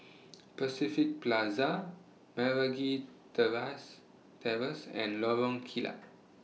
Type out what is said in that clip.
Pacific Plaza Meragi Terrace Terrace and Lorong Kilat